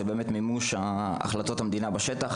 של מימוש החלטות המדינה בשטח.